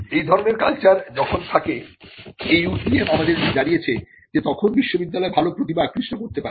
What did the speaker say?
এই ধরনের কালচার যখন থাকে AUTM আমাদের জানিয়েছে যে তখন বিশ্ববিদ্যালয় ভালো প্রতিভা আকৃষ্ট করতে পারে